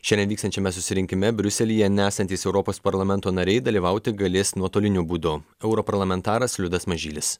šiandien vyksiančiame susirinkime briuselyje nesantys europos parlamento nariai dalyvauti galės nuotoliniu būdu europarlamentaras liudas mažylis